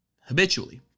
habitually